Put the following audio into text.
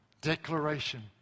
declaration